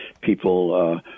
people